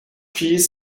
piece